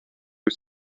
wyt